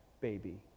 baby